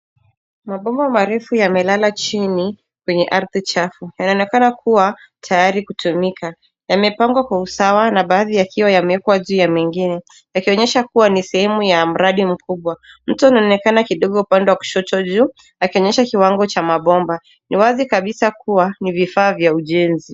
Mabomba marefu yamelala chini kwenye ardhi chafu. Yanaonekana kuwa tayari kutumika. Yamepangwa kwa usawa baadhi yakiwa yamewekwa juu ya mengine yakionyesha kuwa ni sehemu ya mradi mkubwa. Mtu anaonekana kidogo upande wa kushoto juu akionyesha kiwango cha mabomba. Ni wazi kabisa kuwa ni vifaa vya ujenzi.